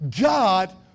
God